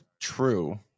true